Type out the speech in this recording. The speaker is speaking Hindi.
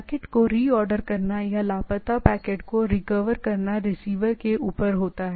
पैकेट को रीऑर्डर करना या लापता पैकेट से रिकवर करना रिसीवर के ऊपर होता है